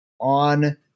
on